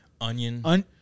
onion